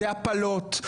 זה הפלות,